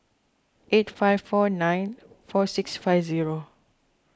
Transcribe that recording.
eight five four nine four six five zero